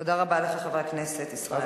תודה רבה לך, חבר הכנסת ישראל אייכלר.